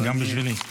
גם בשבילי.